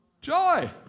joy